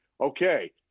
okay